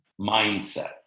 mindset